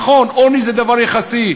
נכון, עוני זה דבר יחסי.